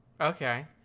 okay